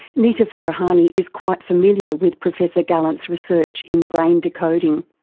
nita farahany is quite familiar with professor gallant's research in brain decoding.